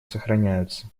сохраняются